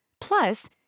Plus